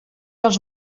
els